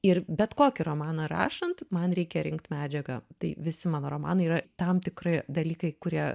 ir bet kokį romaną rašant man reikia rinkt medžiagą tai visi mano romanai yra tam tikri dalykai kurie